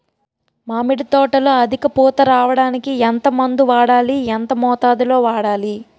మామిడి తోటలో అధిక పూత రావడానికి ఎంత మందు వాడాలి? ఎంత మోతాదు లో వాడాలి?